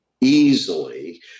easily